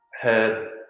head